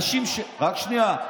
רק שנייה.